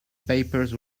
papers